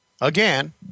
Again